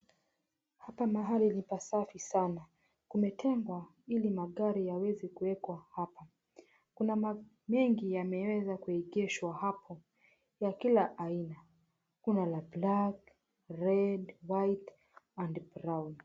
Hapa mahala ni pasafi sana. Kumetengwa ili magari yaweze kuwekwa hapa. Mengi yameweza kuegeshwa hapa ya kila aina. Kuna la black , red , white and brown .